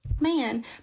Man